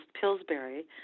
Pillsbury